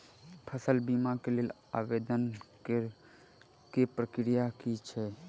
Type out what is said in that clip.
फसल बीमा केँ लेल आवेदन करै केँ प्रक्रिया की छै?